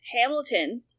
hamilton